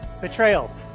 Betrayal